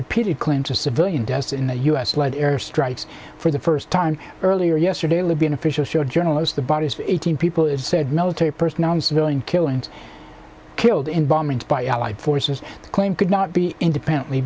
repeated clinton civilian deaths in the u s led airstrikes for the first time earlier yesterday libyan officials showed journalists the bodies of eighteen people it said military personnel and civilian killings killed in bombings by allied forces claimed could not be independently